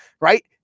right